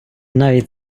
навіть